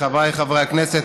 חבריי חברי הכנסת,